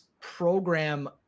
program